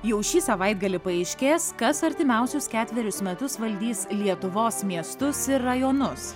jau šį savaitgalį paaiškės kas artimiausius ketverius metus valdys lietuvos miestus ir rajonus